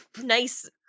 nice